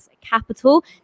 Capital